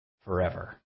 forever